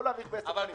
לא בעשר שנים.